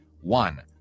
one